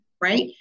Right